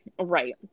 Right